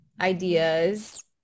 ideas